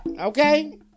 Okay